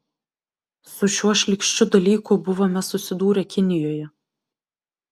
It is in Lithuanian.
su šiuo šlykščiu dalyku buvome susidūrę kinijoje